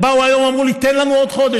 הם באו היום, אמרו לי: תן לנו עוד חודש.